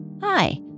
Hi